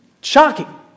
shocking